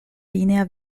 linea